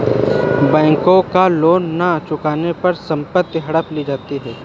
bank का loan न चुकाने पर संपत्ति हड़प ली जाती है